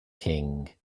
king